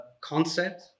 concept